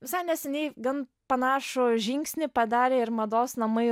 visai neseniai gan panašų žingsnį padarė ir mados namai